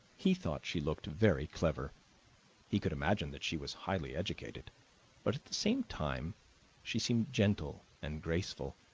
he thought she looked very clever he could imagine that she was highly educated but at the same time she seemed gentle and graceful.